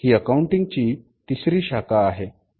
ही accounting ची तिसरी शाखा आहे